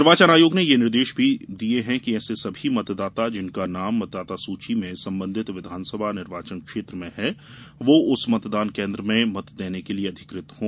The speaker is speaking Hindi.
निर्वाचन आयोग ने यह निर्देश भी दिये हैं कि ऐसे सभी मतदाता जिनका नाम मतदाता सूची में संबंधित विधानसभा निर्वाचन क्षेत्र में है वह उस मतदान केन्द्र में मत देने के लिये अधिकृत हों